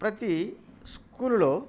ప్రతీ స్కూల్లో